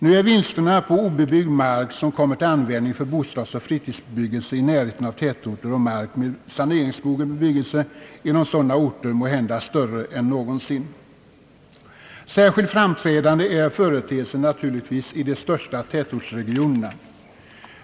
Nu är vinsterna på obebyggd mark, som kommer till användning för bostadsoch fritidsbebyggelse i närheten av tätorter, och mark med saneringsmogen bebyggelse inom sådana orter måhända större än någonsin. Särskilt framträdande är företeelsen naturligtvis i de största tätortsregionerna.